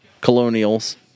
Colonials